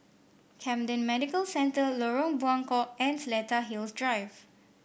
Camden Medical Center Lorong Buangkok and Seletar Hills Drive